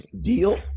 deal